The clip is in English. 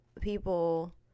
people